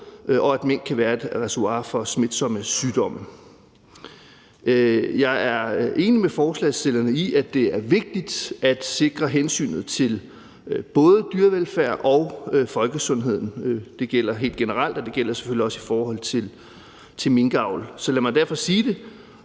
og at mink kan være et reservoir for smitsomme sygdomme. Jeg er enig med forslagsstillerne i, at det er vigtigt at sikre hensynet til både dyrevelfærd og folkesundheden – det gælder helt generelt, og det gælder selvfølgelig også i forhold til minkavl. Lad mig derfor sige meget